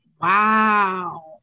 Wow